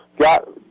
got